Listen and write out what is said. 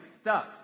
stuck